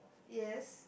yes